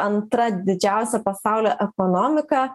antra didžiausia pasaulio ekonomika